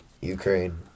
Ukraine